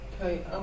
Okay